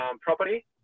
property